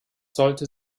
sollte